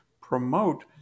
promote